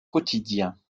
quotidien